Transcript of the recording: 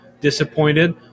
disappointed